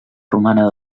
romana